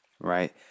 right